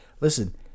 Listen